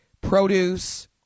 produce